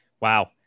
Wow